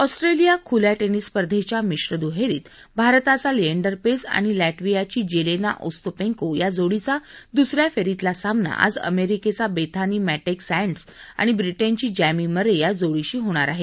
Australia खुल्या tennis स्पर्धेच्या मिश्र दुहेरीत भारताचा लिएंडर पेस आणि लट्ट्वियाची जेलेना ओस्तापंको या जोडीचा दुस या फेरीतला सामना आज अमरिकेचा बेथानी मर्टेक्र सँड्स आणि ब्रिटेनची जर्मी मर्रे या जोड़ीशी होणार आहे